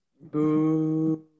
Boo